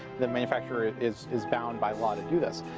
the manufacture is is bound by law to do this.